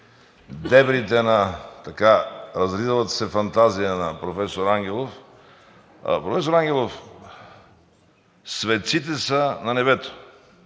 дебрите на така развилата се фантазия на професор Ангелов. Професор Ангелов, светците са на небето.